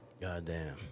Goddamn